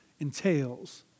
entails